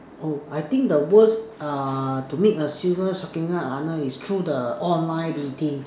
oh I think the worst uh to make a silver shocking is through the online dating